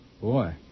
Boy